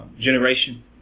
generation